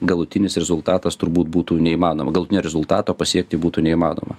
galutinis rezultatas turbūt būtų neįmanoma galutinio rezultato pasiekti būtų neįmanoma